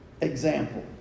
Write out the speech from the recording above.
example